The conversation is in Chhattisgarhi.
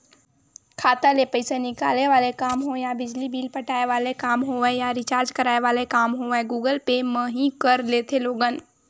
खाता ले पइसा निकाले वाले काम होय या बिजली बिल पटाय वाले काम होवय या रिचार्ज कराय वाले काम होवय गुगल पे म ही कर लेथे लोगन